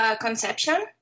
conception